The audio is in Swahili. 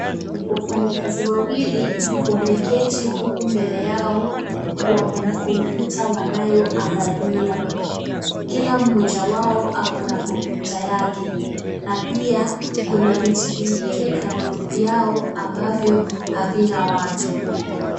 Wafanyikazi wawili wameketi, huku mbele yao wako na kompyuta wanayoangalia. Kila mmoja wao ako na kompyuta yake, na pia kuna viti vingine kando yao, ambavyo havina watu.